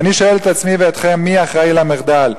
ואני שואל את עצמי ואתכם, מי אחראי למחדל?